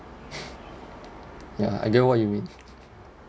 ya I get what you mean